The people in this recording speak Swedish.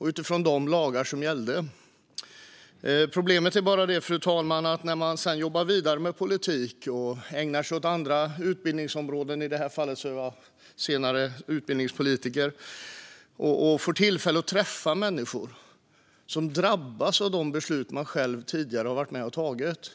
och utifrån de lagar som gällde. Problemet är bara det, fru talman, att när man sedan jobbar vidare med politik och ägnar sig åt andra områden - i mitt fall blev jag senare utbildningspolitiker - finns det tillfällen då man träffar människor som drabbats av de beslut man tidigare varit med och fattat.